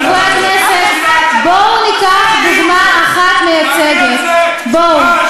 חברי הכנסת, בואו ניקח דוגמה אחת מייצגת, מה,